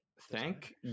Thank